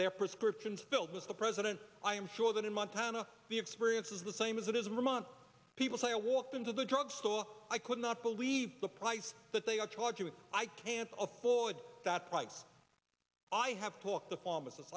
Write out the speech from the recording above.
their prescriptions filled with the president i am sure that in montana the experience is the same as it is a month people say i walked into the drug so i could not believe the price that they are charging me i can't afford that price i have to walk the pharmacist